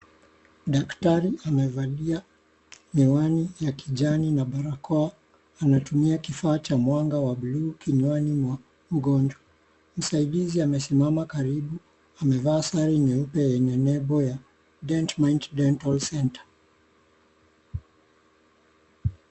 Daktari amevalia miwani ya kijani na barakoa. Anatumia kifaa cha mwanga wa blue kinywani mwa mgonjwa. Msaidizi amesimama karibu amevaa sare nyeupe yenye nembo ya "Dent Mind Dental Centre".